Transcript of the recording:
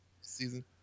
season